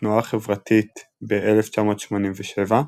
בכתנועה חברתית-דתית ב-1987,